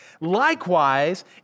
Likewise